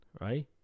right